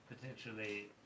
potentially